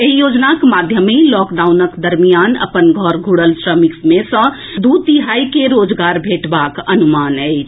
एहि योजनाक माध्यमे लॉकडाउनक दरमियान अपन घर घूरल श्रमिक मे सँ दू तिहाई के रोजगार भेटबाक अनुमान अछि